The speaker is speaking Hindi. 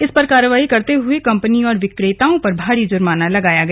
इस पर कार्रवाई करते हुए कंपनी और विक्रेताओं पर भारी जुर्माना लगाया गया